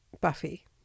Buffy